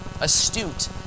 astute